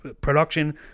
production